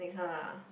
next one ah